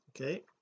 okay